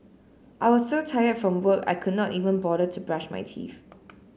I was so tired from work I could not even bother to brush my teeth